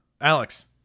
alex